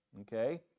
okay